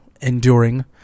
enduring